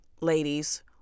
ladies